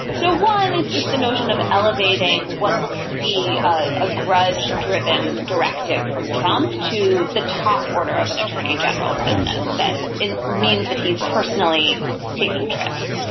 so one is just the notion of elevating what looks to be a grudge driven directive from trump to the top order of an attorney general's business. that means that he's personally taking trips.